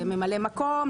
לממלא מקום,